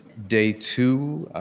day two